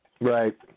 Right